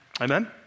Amen